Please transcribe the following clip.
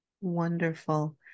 Wonderful